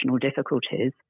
difficulties